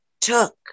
took